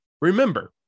Remember